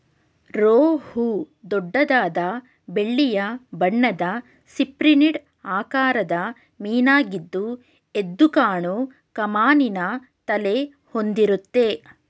ರೋಹು ದೊಡ್ಡದಾದ ಬೆಳ್ಳಿಯ ಬಣ್ಣದ ಸಿಪ್ರಿನಿಡ್ ಆಕಾರದ ಮೀನಾಗಿದ್ದು ಎದ್ದುಕಾಣೋ ಕಮಾನಿನ ತಲೆ ಹೊಂದಿರುತ್ತೆ